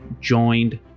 joined